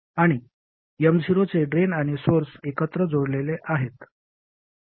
आणि M0 चे drain आणि सोर्स एकत्र जोडलेले आहेत